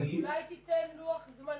אולי תיתן לוח זמנים.